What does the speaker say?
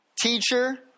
teacher